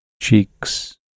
cheeks